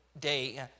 day